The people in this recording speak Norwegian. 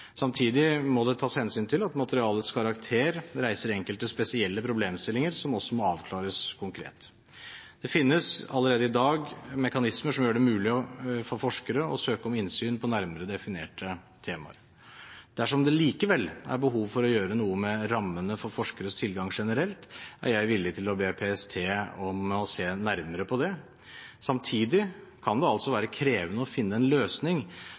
Samtidig må det tas hensyn til at materialets karakter reiser enkelte spesielle problemstillinger, som også må avklares konkret. Det finnes allerede i dag mekanismer som gjør det mulig for forskere å søke om innsyn i nærmere definerte temaer. Dersom det likevel er behov for å gjøre noe med rammene for forskeres tilgang generelt, er jeg villig til å be PST om å se nærmere på det. Samtidig kan det være krevende å finne en løsning